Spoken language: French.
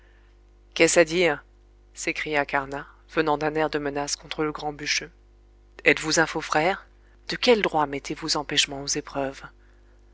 qu'est-ce à dire s'écria carnat venant d'un air de menace contre le grand bûcheux êtes-vous un faux frère de quel droit mettez-vous empêchement aux épreuves